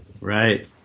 right